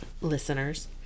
listeners